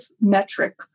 metric